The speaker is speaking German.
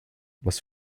was